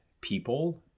people